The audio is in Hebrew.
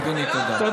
אדוני, תודה.